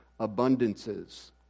abundances